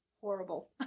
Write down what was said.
horrible